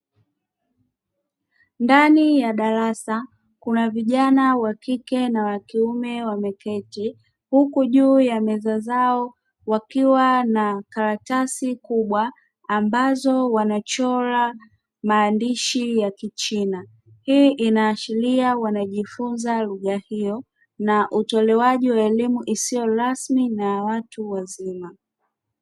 Ndani ya darasa kuna vijana wa kike na wa kiume wameketi, huku juu ya meza zao wakiwa na karatasi kubwa ambazo wanachora maandishi ya kichina, hii inaashiria wanajifunza lugha hiyo na utolewaji wa elimu isiyo rasmi na watu wazima.